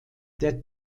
der